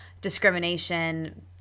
discrimination